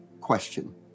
question